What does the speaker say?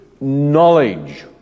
knowledge